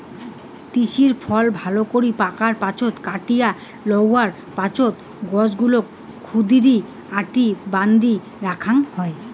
তিসির ফল ভালকরি পাকার পাছত কাটিয়া ন্যাওয়ার পাছত গছগুলাক ক্ষুদিরী আটি বান্ধি রাখাং হই